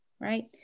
right